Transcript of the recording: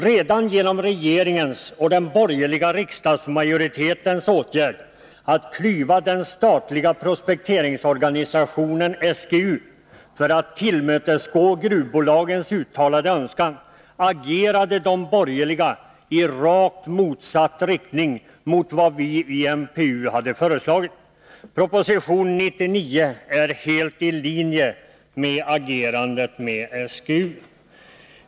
Redan genom regeringens och den borgerliga riksdagsmajoritetens åtgärd 78 att klyva den statliga prospekteringsorganisationen SGU för att tillmötesgå gruvbolagens uttalade önskan, agerade de borgerliga i rakt motsatt riktning mot vad vi i MPU hade föreslagit. Proposition 99 är helt i linje med agerandet i fråga om SGU.